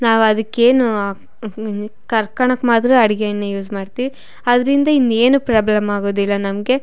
ನಾವು ಅದಕ್ಕೇನು ಕರ್ಕಳಕ್ ಮಾತ್ರ ಅಡಿಗೆ ಎಣ್ಣೆ ಯೂಸ್ ಮಾಡ್ತೀವಿ ಅದರಿಂದ ಇನ್ನೇನೂ ಪ್ರಾಬ್ಲಮ್ ಆಗೋದಿಲ್ಲ ನಮಗೆ